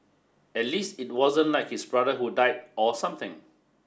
at least it wasn't like his brother who died or something